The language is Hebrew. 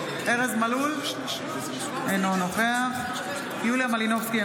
אינו נוכח יוליה מלינובסקי,